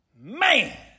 man